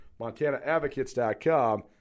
MontanaAdvocates.com